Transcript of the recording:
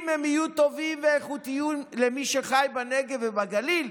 אם הם יהיו טובים ואיכותיים למי שחי בנגב ובגליל,